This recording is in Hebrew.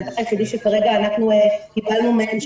שהדבר היחיד שכרגע קיבלנו מהם,